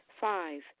Five